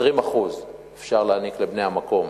אפשר להעניק לבני המקום